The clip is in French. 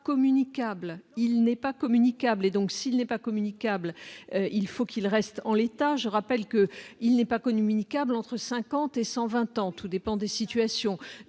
communicable, il n'est pas communicables et donc s'il n'est pas communicable, il faut qu'il reste en l'état, je rappelle que, il n'est pas connue mini-câble entre 50 et 100 20 ans, tout dépend des situations,